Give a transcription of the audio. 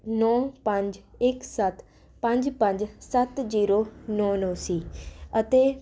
ਨੌਂ ਪੰਜ ਇੱਕ ਸੱਤ ਪੰਜ ਪੰਜ ਸੱਤ ਜੀਰੋ ਨੌਂ ਨੌਂ ਸੀ ਅਤੇ